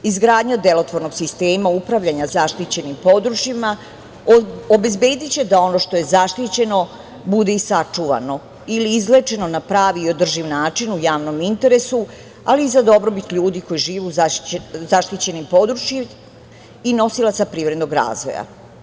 Izgradnja delotvornog sistema upravljanja zaštićenim područjima obezbediće da ono što je zaštićeno bude i sačuvano ili izlečeno na pravi i održiv način u javnom interesu, ali i za dobrobit ljudi koji žive u zaštićenim područjima i nosilaca privrednog razvoja.